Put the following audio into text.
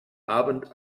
abend